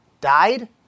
died